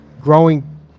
growing